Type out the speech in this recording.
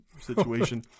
situation